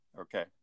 Okay